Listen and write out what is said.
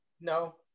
No